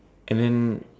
and then